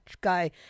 guy